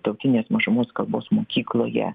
tautinės mažumos kalbos mokykloje